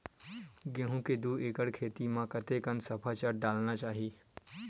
गेहूं के दू एकड़ खेती म कतेकन सफाचट डालना चाहि?